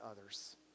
others